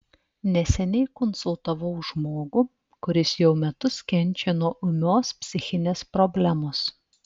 neseniai konsultavau žmogų kuris jau metus kenčia nuo ūmios psichinės problemos